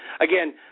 Again